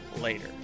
later